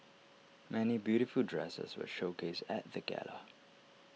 many beautiful dresses were showcased at the gala